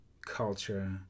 culture